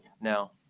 now